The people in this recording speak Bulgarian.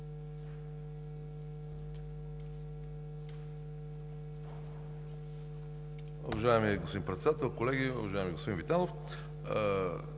Уважаеми господин Председател, колеги! Уважаеми господин Витанов,